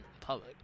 public